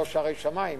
לא שערי שמים,